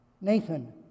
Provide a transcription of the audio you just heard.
Nathan